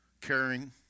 caring